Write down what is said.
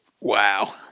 Wow